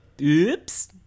Oops